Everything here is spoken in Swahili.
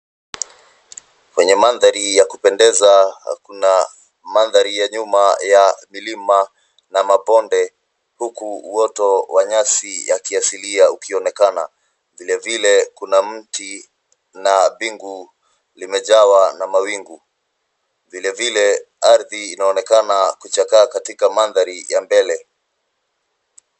Kwenye mandhari ya kupendeza kuna mandhari ya nyuma ya milima na mabonde huku uoto wa nyasi ya kiasilia ukionekana. Vile vile kuna mti na mbingu limejawa na mawingu. Vile vile ardhi inaonekana kuchakaa katika mandhari ya mbele.